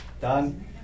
Done